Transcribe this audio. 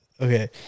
okay